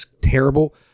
terrible